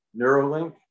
Neuralink